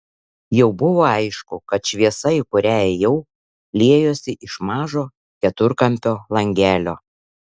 jau buvo aišku kad šviesa į kurią ėjau liejosi iš mažo keturkampio langelio